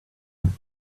siren